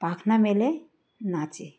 পাখনা মেলে নাচে